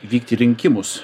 vykti rinkimus